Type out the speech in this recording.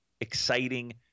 exciting